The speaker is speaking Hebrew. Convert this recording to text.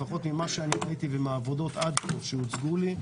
לפחות ממה שאני ראיתי ומהעבודות עד כה שהוצגו לי.